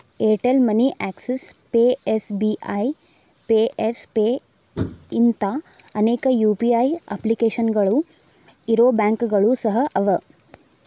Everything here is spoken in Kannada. Airtel money Axis pay SBI pay Yes pay ಇಂಥಾ ಅನೇಕ ಯು.ಪಿ.ಐ ಅಪ್ಲಿಕೇಶನ್ಗಳು ಇರೊ ಬ್ಯಾಂಕುಗಳು ಸಹ ಅವ